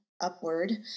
upward